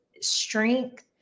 strength